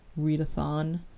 readathon